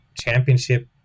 championship